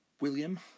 William